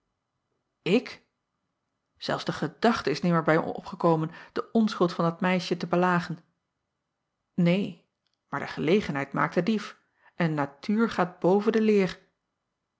k elfs de gedachte is nimmer bij mij opgekomen de onschuld van dat meisje te belagen een maar de gelegenheid maakt den dief en natuur gaat boven de leer